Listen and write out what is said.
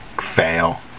Fail